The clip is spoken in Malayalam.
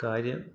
കാര്യം